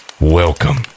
Welcome